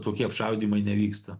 tokie apšaudymai nevyksta